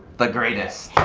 the greatest,